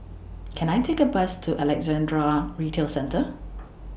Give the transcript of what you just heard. Can I Take A Bus to Alexandra Retail Centre